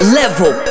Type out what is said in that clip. level